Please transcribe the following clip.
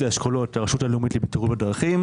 האשכולות לרשות הלאומית לבטיחות בדרכים,